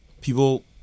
people